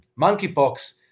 Monkeypox